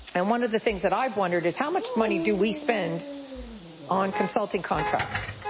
and one of the things that i've wondered is how much money do we spend on consulting contracts?